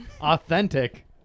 Authentic